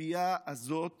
הכפייה הזאת